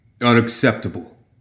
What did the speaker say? Unacceptable